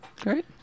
Great